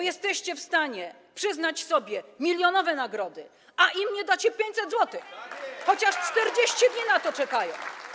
Jesteście w stanie przyznać sobie milionowe nagrody, a im nie dacie 500 zł, chociaż 40 dni na to czekają.